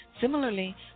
Similarly